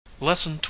lesson